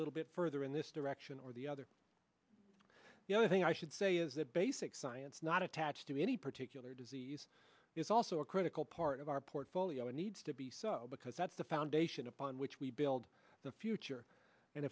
little bit further in this direction or the other the other thing i should say is that basic science not attached to any particular disease is also a critical part of our portfolio and needs to be so because that's the foundation upon which we build the future and